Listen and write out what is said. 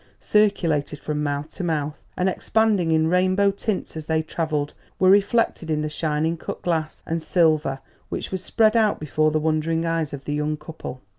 circulated from mouth to mouth and expanding in rainbow tints as they travelled, were reflected in the shining cut glass and silver which was spread out before the wondering eyes of the young couple.